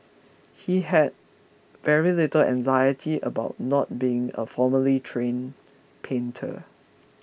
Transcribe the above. he had very little anxiety about not being a formally trained painter